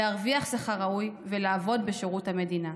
להרוויח שכר ראוי ולעבוד בשירות המדינה.